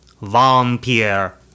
Vampire